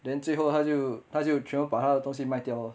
then 最后他就他就全部把他的东西卖掉 lor